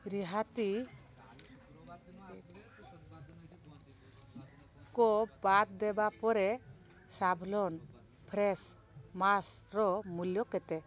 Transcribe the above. ରିହାତି କୁ ବାଦ୍ ଦେବା ପରେ ସାଭଲନ୍ ଫେସ୍ ମାସ୍କ୍ର ମୂଲ୍ୟ କେତେ